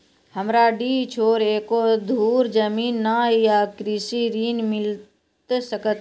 हमरा डीह छोर एको धुर जमीन न या कृषि ऋण मिल सकत?